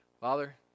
Father